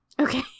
okay